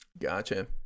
Gotcha